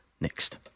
next